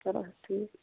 چَلوٗ حظ ٹھیٖک